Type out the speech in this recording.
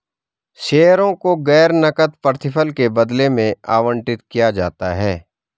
शेयरों को गैर नकद प्रतिफल के बदले में आवंटित किया जाता है